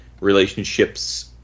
relationships